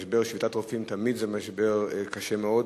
ומשבר שביתת רופאים זה תמיד משבר קשה מאוד.